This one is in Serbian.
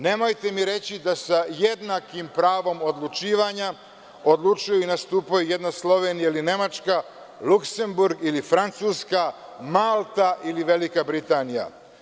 Nemojte mi reći da sa jednakim pravom odlučivanja odlučuju i nastupaju jedna Slovenija ili Nemačka, Luksemburg ili Francuska, Malta ili Velika Britanija.